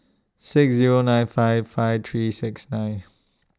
six Zero nine five five three six nine